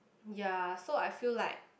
ya so I feel like